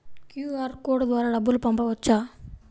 QR code ద్వారా డబ్బులు పంపవచ్చా?